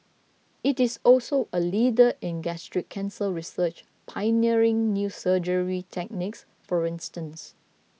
it is also a leader in gastric cancer research pioneering new surgery techniques for instance